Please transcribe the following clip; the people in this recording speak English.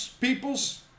peoples